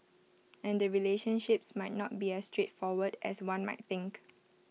and the relationships might not be as straightforward as one might think